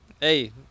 Hey